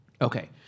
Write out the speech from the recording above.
Okay